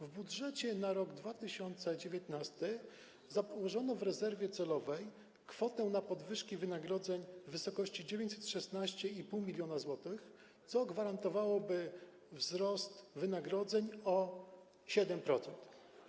W budżecie na rok 2019 założono w rezerwie celowej kwotę na podwyżki wynagrodzeń w wysokości 916,5 mln zł, co gwarantowałoby wzrost wynagrodzeń o 7%.